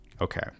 Okay